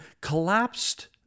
collapsed